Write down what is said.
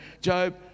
Job